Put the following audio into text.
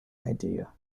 idea